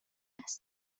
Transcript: است